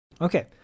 Okay